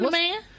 man